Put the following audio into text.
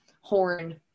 horn